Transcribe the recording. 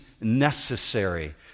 necessary